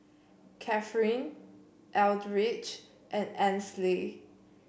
Cathryn Eldridge and Ansley